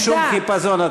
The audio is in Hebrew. אין שום חיפזון.